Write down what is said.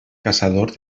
caçador